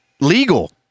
legal